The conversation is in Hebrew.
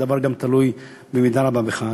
הדבר גם תלוי במידה רבה בך,